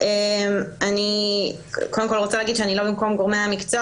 אני רוצה לומר שאני לא במקום גורמי המקצוע